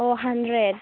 hundred